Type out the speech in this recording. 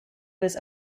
was